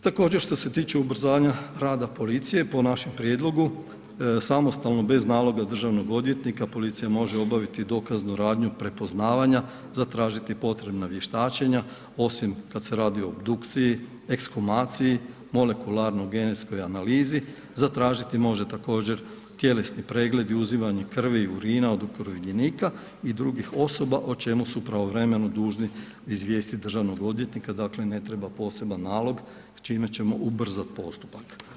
Također što se tiče ubrzanja rada policije po našem prijedlogu samostalno bez naloga državnog odvjetnika policija može obaviti dokaznu radnju prepoznavanja, zatražiti potrebna vještačenja osim kada se radi o obdukciji, ekshumaciji, molekularno genetskoj analizi, zatražiti može također tjelesni pregled uzimanje krvi i urina od okrivljenika i drugih osoba o čemu su pravovremeno dužni izvijestiti državnog odvjetnika, dakle ne treba poseban nalog s čime ćemo ubrzati postupak.